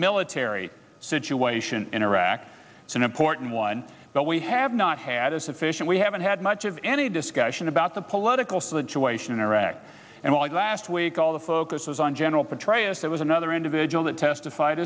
military situation in iraq is an important one but we have not had a sufficient we haven't had much of any discussion about the political situation in iraq and only last week all the focus was on general petraeus there was another individual that testified